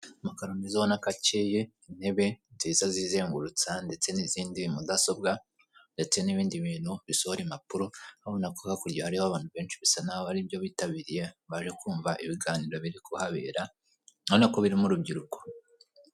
Amakaro meza ubona ko akeye, intebe nziza zizengurutsa ndetse n'izindi, mudasobwa ndetse n'ibindi bintu bisohora impapuro urabona ko hakurya hariho abantu benshi bisa nk'aho haribyo bitabiriye baje kumva ibiganiro biri kuhabera urabona ko birimo urubyiruko.